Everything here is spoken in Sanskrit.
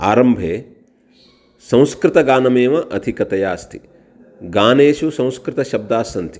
आरम्भे संस्कृतगानमेव अधिकतया अस्ति गानेषु संस्कृतशब्दास्सन्ति